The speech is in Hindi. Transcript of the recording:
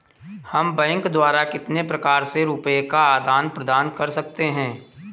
हम बैंक द्वारा कितने प्रकार से रुपये का आदान प्रदान कर सकते हैं?